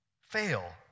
fail